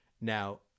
Now